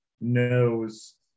knows